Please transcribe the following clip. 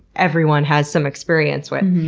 everyone has some experience with,